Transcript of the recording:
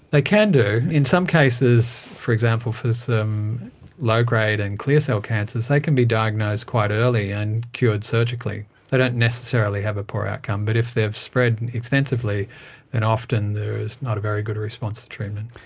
they can do. in some cases, for example for some low-grade and clear cell cancers, they can be diagnosed quite early and cured surgically. they don't necessarily have a poor outcome, but if they have spread and extensively then and often there is not a very good response to treatment.